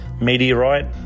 meteorite